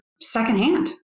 secondhand